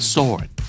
Sword